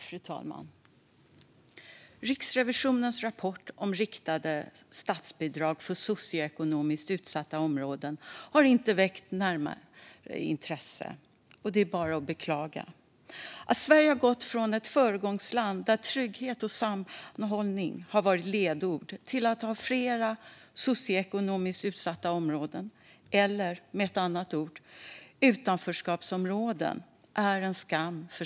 Fru talman! Riksrevisionens rapport om riktade statsbidrag för socioekonomiskt utsatta områden har inte väckt närmare intresse, och det är bara att beklaga. Att Sverige gått från att vara ett föregångsland där trygghet och sammanhållning har varit ledord till att ha flera socioekonomiskt utsatta områden, eller med ett annat ord utanförskapsområden, är en skam.